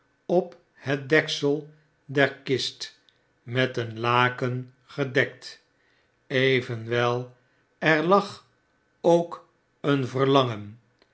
op het deksel der kist meteenlaken gedekt evenwel er lag ook een verlangen